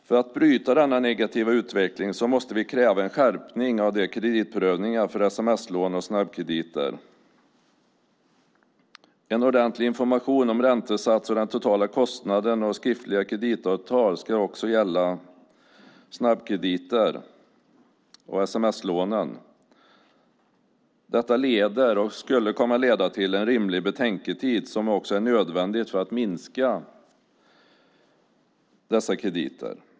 För att bryta denna negativa utveckling måste vi kräva en skärpning av kreditprövningar för sms-lån och snabbkrediter. En ordentlig information om räntesats och den totala kostnaden och skriftliga kreditavtal ska också gälla snabbkrediter och sms-lån. Detta skulle kunna leda till en rimlig betänketid som också är nödvändig för att minska dessa krediter.